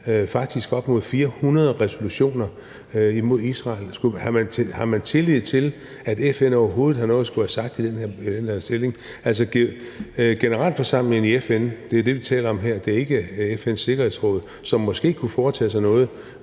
faktisk op mod 400 resolutioner – mod Israel? Har man tillid til, at FN overhovedet har noget at skulle have sagt i den her sammenhæng? Det er generalforsamlingen i FN, vi taler om her, det er ikke FN's Sikkerhedsråd, som måske kunne foretage sig noget